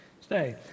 stay